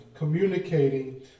communicating